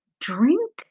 drink